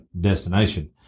destination